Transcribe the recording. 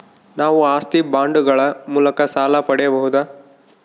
ನಾವು ಆಸ್ತಿ ಬಾಂಡುಗಳ ಮೂಲಕ ಸಾಲ ಪಡೆಯಬಹುದಾ?